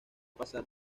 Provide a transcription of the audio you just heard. pasar